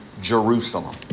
Jerusalem